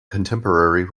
contemporary